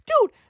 dude